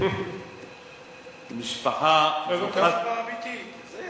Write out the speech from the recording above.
זה אמיתי.